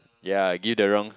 ya give the wrong